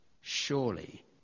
Surely